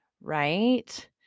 right